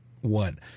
one